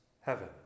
heaven